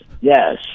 yes